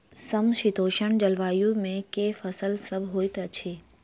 समशीतोष्ण जलवायु मे केँ फसल सब होइत अछि?